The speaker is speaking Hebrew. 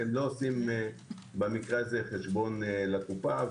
והם לא עושים במקרה הזה חשבון לקופה.